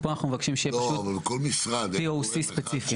פה אנחנו מבקשים שפשוט שיהיה POC ספציפי.